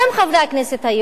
חברי הכנסת היהודים,